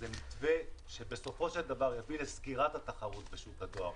זה מתווה שבסופו של דבר יביא לסגירת התחרות בשוק הדואר.